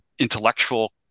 intellectual